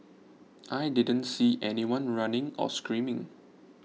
I didn't see anyone running or screaming